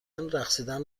رقصیدن